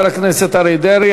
תודה לחבר הכנסת אריה דרעי.